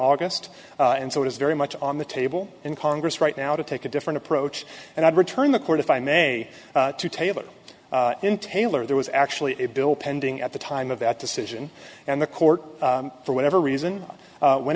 august and so it is very much on the table in congress right now to take a different approach and i'd return the court if i may to table in taylor there was actually a bill pending at the time of that decision and the court for whatever reason went